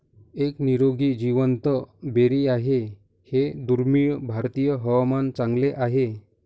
एक निरोगी जिवंत बेरी आहे हे दुर्मिळ भारतीय हवामान चांगले आहे